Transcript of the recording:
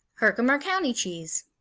herkimer county cheese